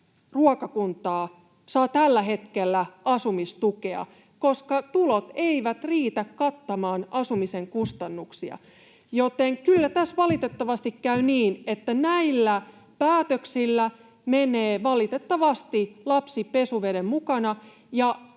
ruokakuntaa saa tällä hetkellä asumistukea, koska tulot eivät riitä kattamaan asumisen kustannuksia. Joten kyllä tässä valitettavasti käy niin, että näillä päätöksillä menee valitettavasti lapsi pesuveden mukana